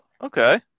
Okay